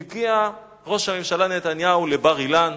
מגיע ראש הממשלה נתניהו לבר-אילן,